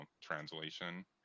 translation